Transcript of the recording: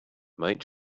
might